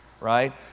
right